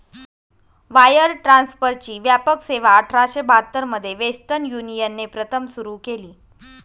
wire ट्रान्सफरची व्यापक सेवाआठराशे बहात्तर मध्ये वेस्टर्न युनियनने प्रथम सुरू केली